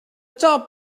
top